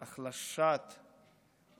החלשת המשפט,